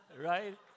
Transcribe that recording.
right